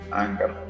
anger